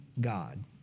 God